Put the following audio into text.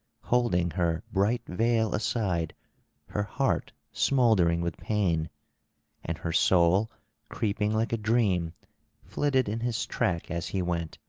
holding her bright veil aside her heart smouldering with pain and her soul creeping like a dream flitted in his track as he went.